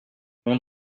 mon